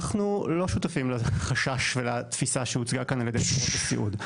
אנחנו לא שותפים לחשש ולתפיסה שהוצגה כאן על ידי חברות הסיעוד.